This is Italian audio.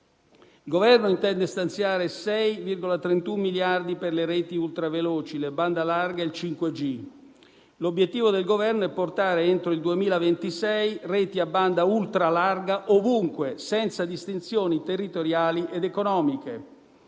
il Governo intende stanziare 6,31 miliardi per le reti ultraveloci, la banda larga e il 5G; l'obiettivo del Governo è portare entro il 2026 reti a banda ultralarga ovunque, senza distinzioni territoriali ed economiche.